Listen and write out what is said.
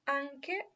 anche